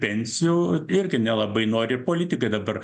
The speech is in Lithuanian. pensijų irgi nelabai nori ir politikai dabar